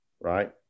right